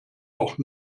doch